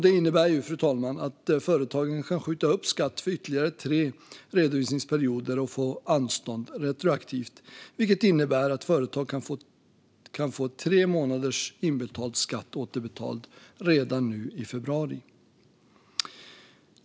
Det innebär, fru talman, att företagen kan skjuta upp skatt för ytterligare tre redovisningsperioder och få anstånd retroaktivt, vilket innebär att företag kan få tre månaders inbetald skatt återbetald redan nu i februari.